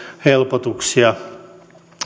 helpotuksia